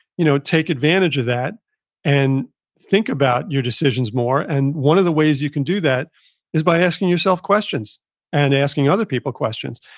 you know take advantage of that and think about your decisions more and one of the ways that you can do that is by asking yourself questions and asking other people questions.